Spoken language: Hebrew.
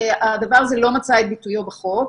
הדבר הזה לא מצא את ביטויו בחוק.